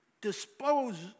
dispose